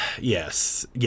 yes